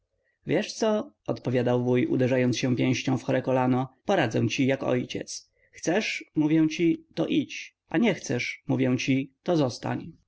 wiesz co odpowiadał wuj uderzając się pięścią w chore kolano poradzę ci jak ojciec chcesz mówię ci to idź a nie chcesz mówię ci to zostań